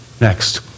Next